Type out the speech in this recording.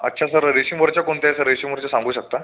अच्छा सर रेशीमवरच्या कोणत्या आहे सर रेशीमवरच्या सांगू शकता